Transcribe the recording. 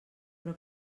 però